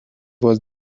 was